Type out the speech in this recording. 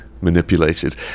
manipulated